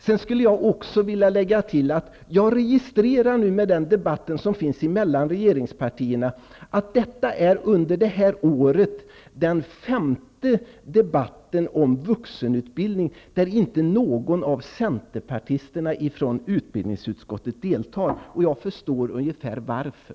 Jag vill också lägga till att jag, med den debatt som förs mellan regeringspartierna, registrerar att detta är den femte debatten om vuxenutbildning under det här året där inte någon av centerpartisterna från utbildningsutskottet deltar. Jag förstår ungefär varför.